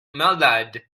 malade